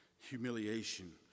humiliation